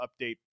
update